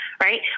Right